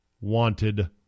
wanted